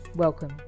Welcome